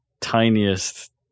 tiniest